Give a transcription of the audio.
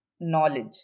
knowledge